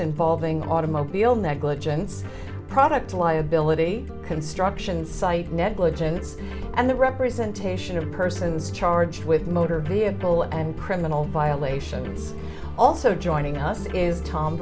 involving automobile negligence product liability construction site negligence and the representation of persons charged with motor vehicle and criminal violations also joining us is tom